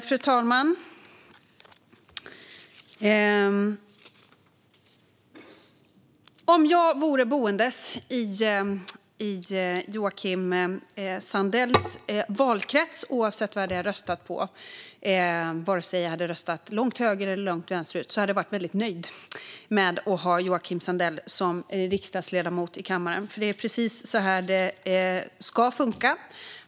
Fru talman! Om jag vore boende i Joakim Sandells valkrets - oavsett vad jag hade röstat på, om det så hade varit långt högerut eller långt vänsterut - hade jag varit väldigt nöjd med att ha Joakim Sandell som riksdagsledamot, för det är precis så här det ska funka.